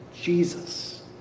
Jesus